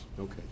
okay